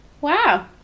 wow